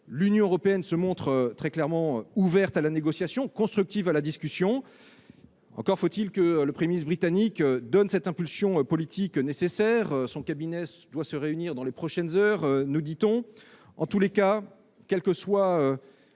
L'Union européenne se montre clairement ouverte à la négociation. Elle est constructive dans les discussions. Mais encore faut-il que le Premier ministre britannique donne l'impulsion politique nécessaire. Son cabinet doit se réunir dans les prochaines heures, nous dit-on. Quelle que soit